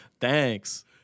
Thanks